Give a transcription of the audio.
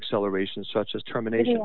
acceleration such as terminating